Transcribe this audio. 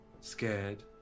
scared